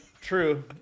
True